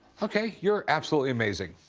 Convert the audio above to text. ok. you're absolutely amazing.